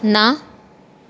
ना